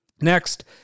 Next